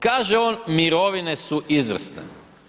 Kaže on, mirovine su izvrsne.